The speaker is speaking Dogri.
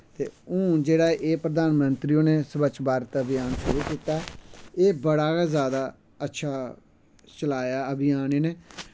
ते हून जेह्ड़ा एह् प्रधानंत्री होरैं स्वच्छ भारत आभियान शुरू कीता एह् बड़ा गै जादा अच्छा चलाया ऐ अभियान इनैं